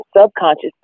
subconscious